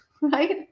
right